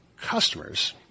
customers